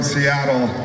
Seattle